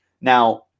now